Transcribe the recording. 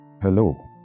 Hello